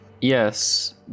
Yes